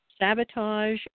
Sabotage